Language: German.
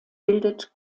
bildet